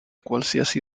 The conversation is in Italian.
qualsiasi